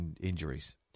injuries